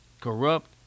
corrupt